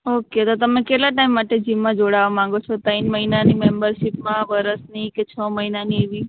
okay તો તમે કેટલા ટાઇમ માટે જિમમાં જોડાવવા માગો છો ત્રણ મહિનાની મેમ્બરશીપમાં વર્ષની કે છ મહિનાની એવી